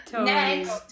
Next